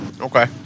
Okay